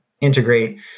integrate